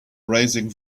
raising